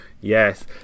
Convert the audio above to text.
yes